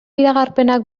iragarpenak